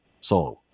song